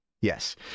Yes